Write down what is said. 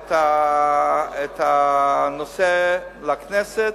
את הנושא לכנסת,